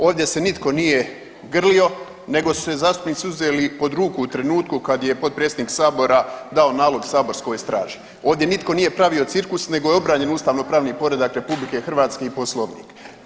Ovdje se nitko nije grlio nego su se zastupnici uzeli pod ruku u trenutku kad je potpredsjednik sabora dao nalog saborskoj straži, ovdje nitko nije pravio cirkus nego je obranjen ustavnopravni poredak RH i Poslovnik.